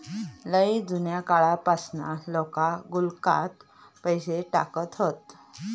लय जुन्या काळापासना लोका गुल्लकात पैसे टाकत हत